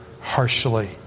harshly